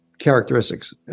Characteristics